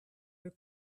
was